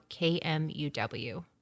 KMUW